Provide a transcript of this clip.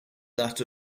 that